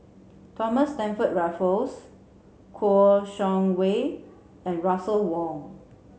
Thomas Stamford Raffles Kouo Shang Wei and Russel Wong